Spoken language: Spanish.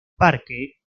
parque